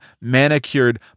manicured